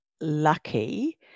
lucky